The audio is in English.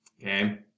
Okay